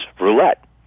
Roulette